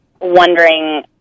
wondering